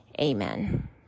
Amen